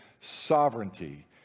sovereignty